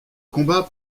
combats